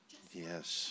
Yes